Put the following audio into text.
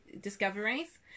discoveries